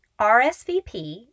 RSVP